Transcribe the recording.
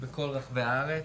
בכל רחבי הארץ.